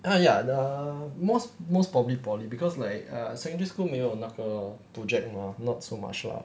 ah ya the most most probably poly because like ah secondary school 没有那个 project mah not so much lah